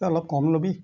এই অলপ কম ল'বি